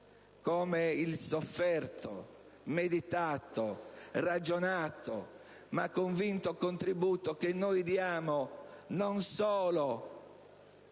come il sofferto, meditato, ragionato ma convinto contributo che noi diamo non solo